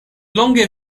longe